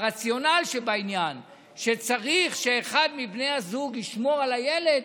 הרציונל שבעניין הוא שצריך שאחד מבני הזוג ישמור על הילד.